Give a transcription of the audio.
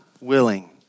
willing